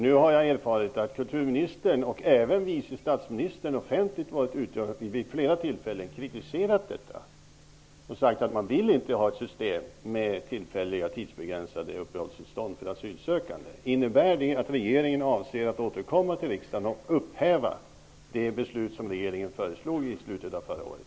Nu har jag erfarit att kulturministern och även vice statsministern vid flera tillfällen offentligt kritiserat detta och sagt att man inte vill ha ett system med tillfälliga tidsbegränsade uppehållstillstånd för asylsökande. Innebär det att regeringen avser att återkomma till riksdagen och upphäva det beslut som regeringen föreslog i slutet av förra året?